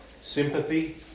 sympathy